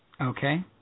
Okay